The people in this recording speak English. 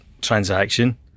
transaction